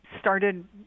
started